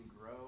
grow